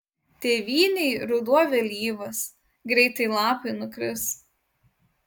tėvynėj ruduo vėlyvas greitai lapai nukris